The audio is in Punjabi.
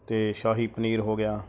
ਅਤੇ ਸ਼ਾਹੀ ਪਨੀਰ ਹੋ ਗਿਆ